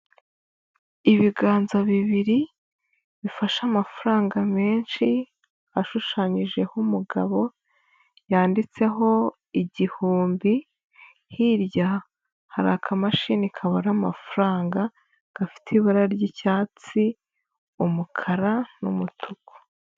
Ibiganza bibiri, bifashe amafaranga menshi, ashushanyijeho umugabo, yanditseho igihumbi, hirya hari akamashini kabara amafaranga, gafite ibara ry'icyatsi, umukara, n'umutuku.